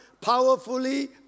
powerfully